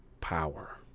power